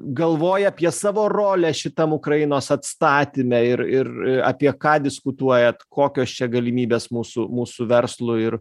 galvoja apie savo rolę šitam ukrainos atstatyme ir ir apie ką diskutuojat kokios čia galimybės mūsų mūsų verslui ir